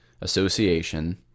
association